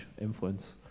influence